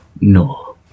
No